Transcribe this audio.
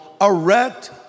erect